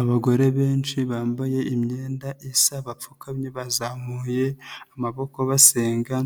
Abagore benshi bambaye imyenda isa bapfukamye bazamuye amaboko basenga,